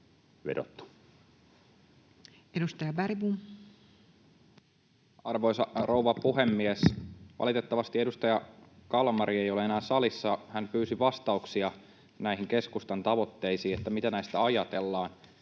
Content: Arvoisa rouva puhemies! Valitettavasti edustaja Kalmari ei ole enää salissa. Hän pyysi vastauksia näihin keskustan tavoitteisiin ja siihen, mitä näistä ajatellaan.